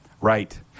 right